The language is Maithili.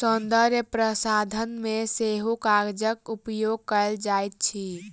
सौन्दर्य प्रसाधन मे सेहो कागजक उपयोग कएल जाइत अछि